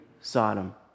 Sodom